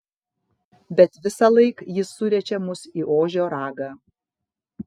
bet visąlaik jis suriečia mus į ožio ragą